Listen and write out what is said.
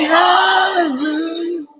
hallelujah